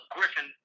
Griffin